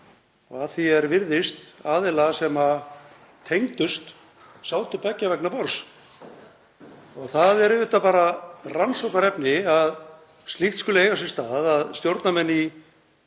að því er virðist til aðila sem tengdust og sátu beggja vegna borðs. Það er auðvitað rannsóknarefni að slíkt skuli eiga sér stað, að stjórnarmenn í